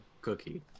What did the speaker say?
cookie